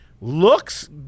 Looks